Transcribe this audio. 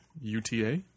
UTA